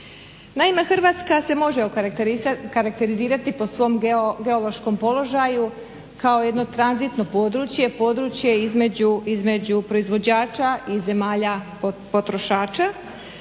Naime, Hrvatska se može okarakterizirati po svom geološkom položaju kao jedno tranzitno područje, područje između proizvođača i zemalja potrošača.